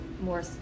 more